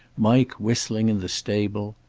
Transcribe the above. mike, whistling in the stable.